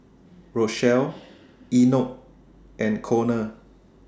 Rochelle Enoch and Konner